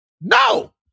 No